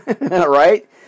right